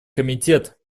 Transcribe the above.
комитет